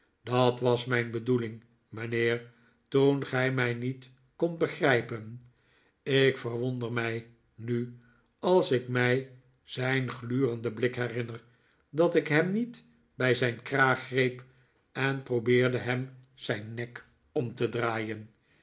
dat was mijn bedoeling mijnheer toen gij mij niet kondt begrijpen ik verwonder mij nu als ik mij zijn glurenden blik herinner dat ik hem niet bij zijn kraag greep en probeerde hem zijn nek om te draaien